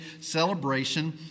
celebration